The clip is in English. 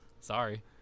Sorry